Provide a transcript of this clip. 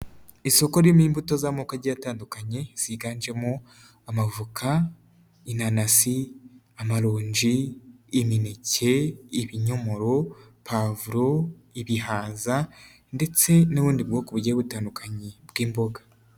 Isoko ririmo imbuto z'amoko agiye atandukanye ziganjemo amavoka, inanasi, amaronji, imineke, ibinyomoro, pavuro, ibihaza ndetse n'ubundi bwoko bugiye butandukanye bw'imboga.